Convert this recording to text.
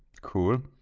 cool